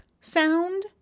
sound